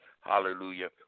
hallelujah